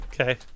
Okay